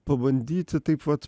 pabandyti taip vat